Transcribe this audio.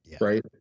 right